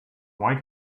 why